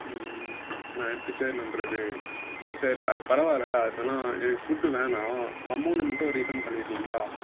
ம் ம் நான் எப்படி சார் நம்புவது இல்லை சார் அது பரவால்லை பேரென்னா எனக்கு ஃபுட்டு வேணாம் அமௌண்டு மட்டும் ரீஃபண்ட் பண்ணிடறீங்களா